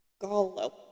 gallo